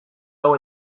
hau